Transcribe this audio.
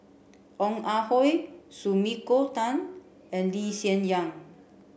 Ong Ah Hoi Sumiko Tan and Lee Hsien Yang